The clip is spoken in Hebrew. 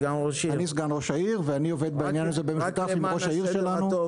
אני סגן ראש העיר ואני עובד בעניין הזה במשותף עם ראש העיר שלנו.